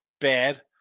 bad